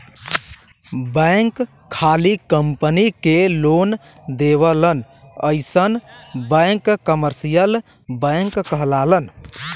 bank खाली company के loan देवलन अइसन बैंक कमर्सियल बैंक कहलालन